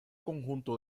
conjunto